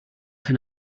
can